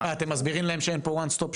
--- אבל אתם מסבירים להם שאין פה ONE STOP SHOP?